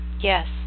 Yes